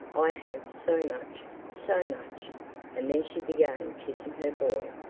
i have so much so much and then she began kissing her boy,